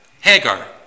Hagar